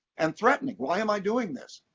and threatening, why am i doing this?